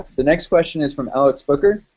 the next question is from alex booker.